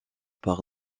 par